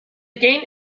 game